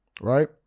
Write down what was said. right